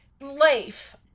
life